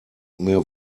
mehr